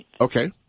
Okay